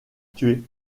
gorges